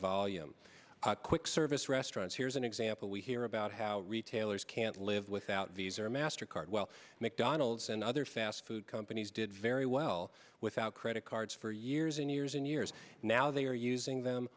volume quick service restaurants here's an example we hear about how retailers can't live without visa or master card well mcdonald's and other fast food companies did very well without credit cards for years and years and years now they are using them